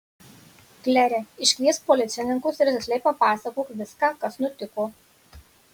klere iškviesk policininkus ir tiksliai papasakok viską kas nutiko